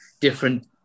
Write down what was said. different